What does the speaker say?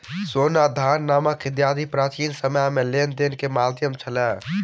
सोना, धान, नमक इत्यादि प्राचीन समय में लेन देन के माध्यम छल